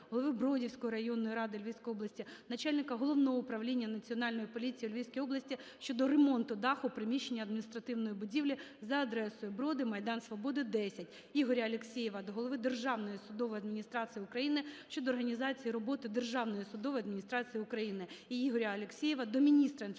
голови Бродівської районної ради Львівської області, начальника Головного управління Національної поліції у Львівській області щодо ремонту даху приміщення адміністративної будівлі за адресою: Броди, майдан Свободи, 10. Ігоря Алексєєва до голови Державної судової адміністрації України щодо організації роботи Державної судової адміністрації України. Ігоря Алексєєва до міністра інфраструктури